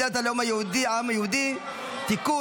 מדינת הלאום של העם היהודי (תיקון,